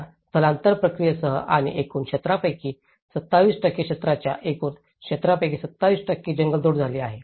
या स्थलांतर प्रक्रियेसह आणि एकूण क्षेत्रापैकी सुमारे 27 क्षेत्राच्या एकूण क्षेत्रापैकी 27 जंगलतोड झाली आहे